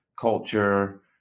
culture